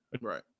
Right